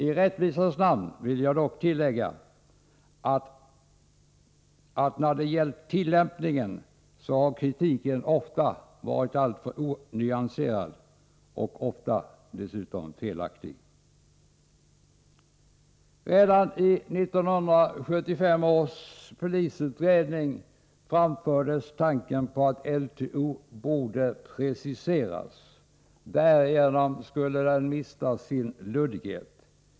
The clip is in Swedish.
I rättvisans namn vill jag dock tillägga att när det gällt tillämpningen så har kritiken ofta varit alltför onyanserad och dessutom felaktig. Redan i 1975 års polisutredning framfördes tanken på att LTO borde preciseras. Därigenom skulle den mista sin luddighet.